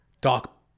Doc